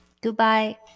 Goodbye